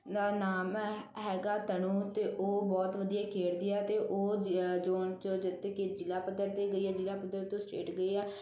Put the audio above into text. ਦਾ ਨਾਮ ਹੈ ਹੈਗਾ ਤਨੂੰ ਅਤੇ ਉਹ ਬਹੁਤ ਵਧੀਆ ਖੇਡਦੀ ਆ ਅਤੇ ਉਹ ਜੋਨ 'ਚੋਂ ਜਿੱਤ ਕੇ ਜ਼ਿਲ੍ਹਾ ਪੱਧਰ 'ਤੇ ਗਈ ਹੈ ਜ਼ਿਲ੍ਹਾ ਪੱਧਰ ਤੋਂ ਸਟੇਟ ਗਈ ਆ